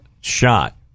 shot